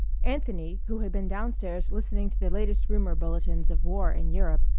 anthony, who had been down-stairs listening to the latest rumor bulletins of war in europe,